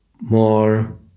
more